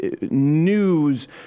news